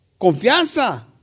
Confianza